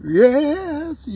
yes